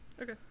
Okay